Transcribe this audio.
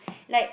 like